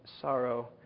sorrow